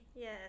Yes